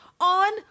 on